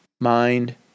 mind